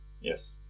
yes